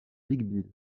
vic